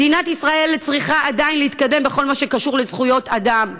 מדינת ישראל צריכה עדיין להתקדם בכל מה שקשור לזכויות אדם.